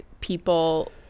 people